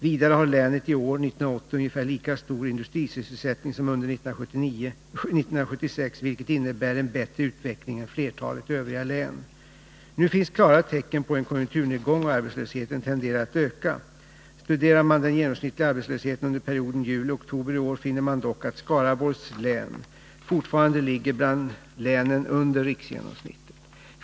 Vidare har länet i år, 1980, ungefär lika stor industrisysselsättning som under 1976, vilket innebär en bättre utveckling än flertalet övriga län. Nu finns klara tecken på en konjunkturnedgång, och arbetslösheten tenderar att öka. Studerar man den genomsnittliga arbetslösheten under perioden juli-oktober i år, finner man dock att Skaraborgs län fortfarande ligger bland länen under riksgenomsnittet.